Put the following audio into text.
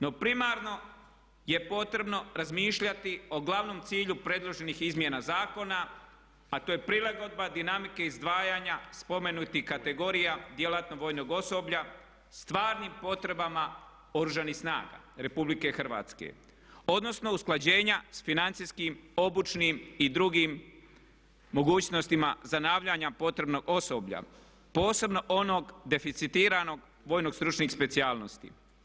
No, primarno je potrebno razmišljati o glavnom cilju predloženih izmjena zakona a to je prilagodba dinamike izdvajanja spomenutih kategorija djelatnog vojnog osoblja stvarnim potrebama Oružanih snaga RH, odnosno usklađenja s financijskim obućnim i drugim mogućnostima zanavljanja potrebnog osoblja posebno onog deficitiranog vojno stručnih specijalnosti.